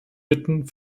bitten